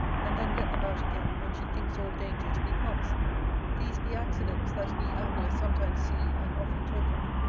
and then let them out again when she thinks all danger to be past these be accidents that we anglers sometimes see, and often talk of.